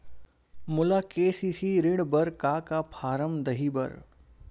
मोला के.सी.सी ऋण बर का का फारम दही बर?